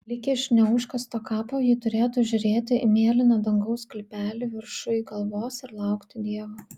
lyg iš neužkasto kapo ji turėtų žiūrėti į mėlyno dangaus sklypelį viršuj galvos ir laukti dievo